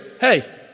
Hey